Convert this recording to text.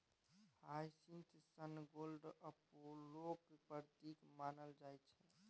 hyacinth sun god अपोलोक प्रतीक मानल जाइ छै